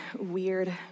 weird